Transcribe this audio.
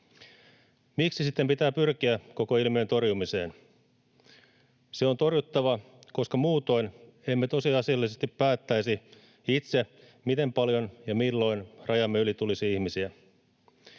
Miksi sitten pitää pyrkiä koko ilmiön torjumiseen? Se on torjuttava, koska muutoin emme tosiasiallisesti päättäisi itse, miten paljon ja milloin rajamme yli tulisi ihmisiä.